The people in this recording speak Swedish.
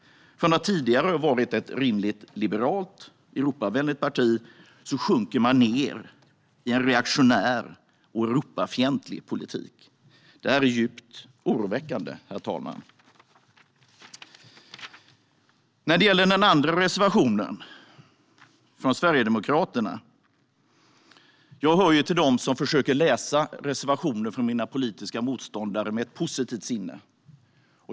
Från att tidigare ha varit ett rimligt liberalt och Europavänligt parti sjunker de ned i en reaktionär och Europafientlig politik. Detta är djupt oroväckande, herr talman. När det gäller den andra reservationen, från Sverigedemokraterna, hör jag till dem som försöker läsa reservationer från mina politiska motståndare med ett positivt sinne.